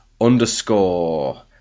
underscore